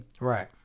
Right